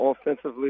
offensively